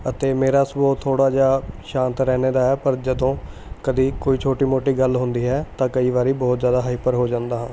ਅਤੇ ਮੇਰਾ ਸੁਭਾਓ ਥੋੜ੍ਹਾ ਜਿਹਾ ਸ਼ਾਂਤ ਰਹਿਨੇ ਦਾ ਹੈ ਪਰ ਜਦੋਂ ਕਦੀ ਕੋਈ ਛੋਟੀ ਮੋਟੀ ਗੱਲ ਹੁੰਦੀ ਹੈ ਤਾਂ ਕਈ ਵਾਰੀ ਬਹੁਤ ਜ਼ਿਆਦਾ ਹਾਈਪਰ ਹੋ ਜਾਂਦਾ ਹਾਂ